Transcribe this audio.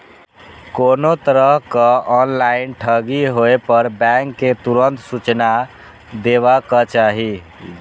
कोनो तरहक ऑनलाइन ठगी होय पर बैंक कें तुरंत सूचना देबाक चाही